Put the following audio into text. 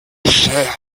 chair